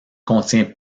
contient